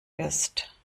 ist